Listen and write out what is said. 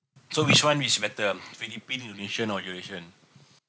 so which one which better philippine indonesia or eurasian